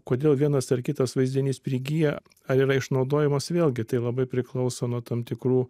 kodėl vienas ar kitas vaizdinys prigyja ar yra išnaudojamas vėlgi tai labai priklauso nuo tam tikrų